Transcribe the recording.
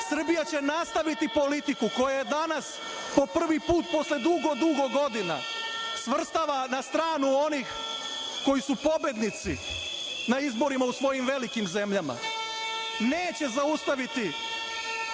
Srbija će nastaviti politiku koja je danas, po prvi put posle dugo godina, svrstava na stranu onih koji su pobednici na izborima u svojim velikim zemljama. Neće zaustaviti